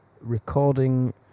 recording